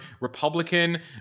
Republican